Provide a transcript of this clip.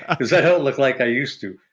because i don't look like i used to.